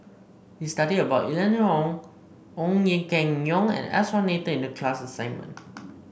we studied about Eleanor Wong Ong Keng Yong and S R Nathan in the class assignment